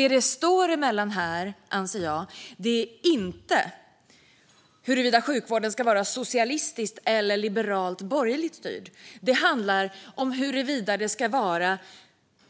Det handlar inte om huruvida sjukvården ska vara socialistiskt eller liberalt borgerligt styrd, utan det handlar om huruvida det ska vara